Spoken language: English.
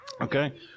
Okay